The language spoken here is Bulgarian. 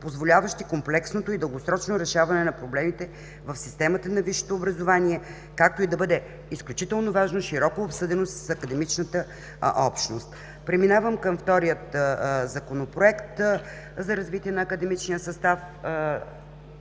позволяващи комплексното и дългосрочно решаване на проблемите в системата на висшето образование, както и да бъде – изключително важно, широко обсъдено с академичната общност. Преминавам към втория Законопроект за развитие на академичния състав.